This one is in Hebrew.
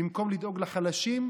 במקום לדאוג לחלשים,